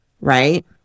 right